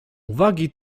uwagi